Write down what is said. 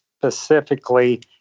specifically